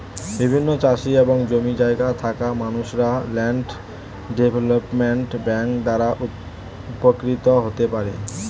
বিভিন্ন চাষি এবং জমি জায়গা থাকা মানুষরা ল্যান্ড ডেভেলপমেন্ট ব্যাংক দ্বারা উপকৃত হতে পারেন